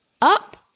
up